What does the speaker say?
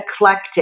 eclectic